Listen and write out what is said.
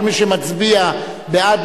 כל מי שמצביע בעד,